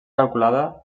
calculada